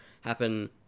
happen